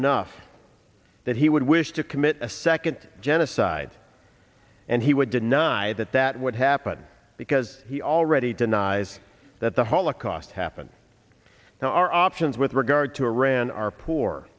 enough that he would wish to commit a second genocide and he would deny that that would happen because he already denies that the holocaust happened now our options with regard to iran are poor